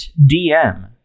DM